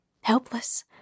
helpless